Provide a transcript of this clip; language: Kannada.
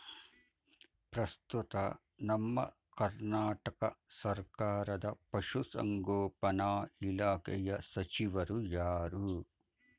ಪ್ರಸ್ತುತ ನಮ್ಮ ಕರ್ನಾಟಕ ಸರ್ಕಾರದ ಪಶು ಸಂಗೋಪನಾ ಇಲಾಖೆಯ ಸಚಿವರು ಯಾರು?